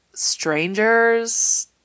strangers